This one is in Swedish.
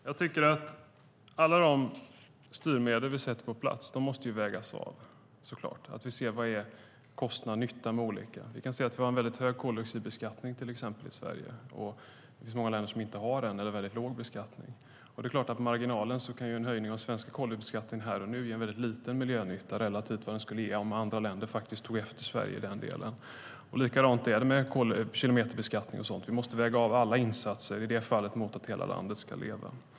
Herr talman! Jag tycker att alla de styrmedel som vi sätter på plats måste vägas av, så att vi ser vad kostnaden och nyttan är med olika styrmedel. Vi kan se att vi till exempel har en mycket hög koldioxidbeskattning i Sverige. Det finns många länder som inte har en sådan eller har en mycket låg sådan beskattning. Det är klart att en höjning av den svenska koldioxidbeskattningen på marginalen här och nu kan ge väldigt liten miljönytta relativt vad den skulle ge om andra länder faktiskt tog efter Sverige i den delen. Likadant är det med kilometerbeskattning och annat. Vi måste väga av alla insatser, i det fallet mot att hela landet ska leva.